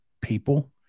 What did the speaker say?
People